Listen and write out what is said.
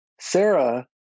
Sarah